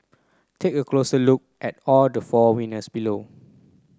take a closer look at all the four winners below